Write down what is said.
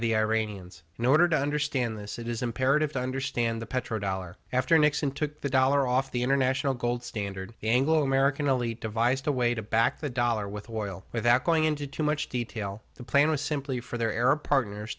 the iranians in order to understand this it is imperative to understand the petro dollar after nixon took the dollar off the international gold standard anglo american only devised a way to back the dollar with oil without going into too much detail the plane was simply for their air partners